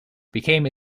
became